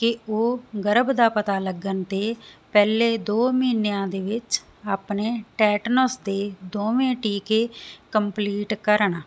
ਕਿ ਉਹ ਗਰਭ ਦਾ ਪਤਾ ਲੱਗਣ ਤੇ ਪਹਿਲੇ ਦੋ ਮਹੀਨਿਆਂ ਦੇ ਵਿੱਚ ਆਪਣੇ ਟੈਟਨੋਸ ਦੇ ਦੋਵੇਂ ਟੀਕੇ ਕੰਪਲੀਟ ਕਰਨ